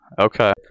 Okay